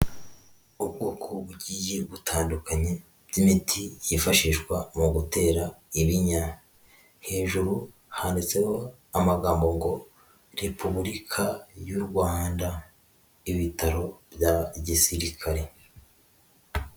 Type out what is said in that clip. Ubwoko bugiye butandukanye bw'imiti yifashishwa mu gutera ibinya, hejuru handitseho amagambo ngo repubulika y'u Rwanda, ibitaro bya gisirikari.